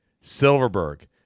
Silverberg